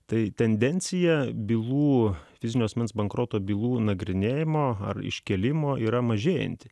tai tendencija bylų fizinio asmens bankroto bylų nagrinėjimo ar iškėlimo yra mažėjanti